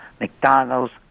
McDonald's